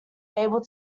able